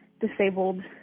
disabled